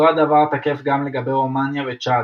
אותו הדבר תקף גם לגבי רומניה וצ'אד,